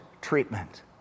treatment